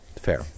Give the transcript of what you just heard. Fair